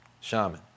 shaman